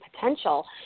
potential